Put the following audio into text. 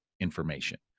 information